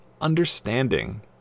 understanding